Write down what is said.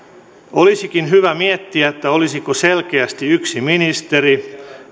olisikin hyvä miettiä olisiko selkeästi ehkä yksi ministeri